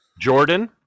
jordan